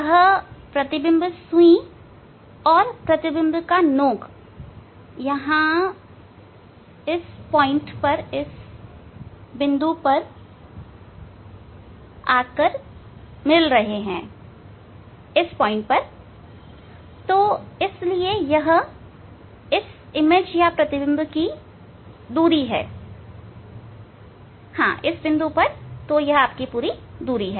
यह प्रतिबिंब सुई और प्रतिबिंब का नोक इस बिंदु पर मिलते हैं इसलिए यह प्रतिबिंब की दूरी है